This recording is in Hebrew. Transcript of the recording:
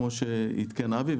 כמו שעדכן אבי,